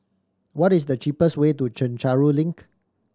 what is the cheapest way to Chencharu Link